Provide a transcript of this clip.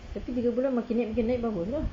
tapi tiga bulan makin naik makin naik bagus lah